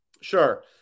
Sure